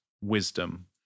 wisdom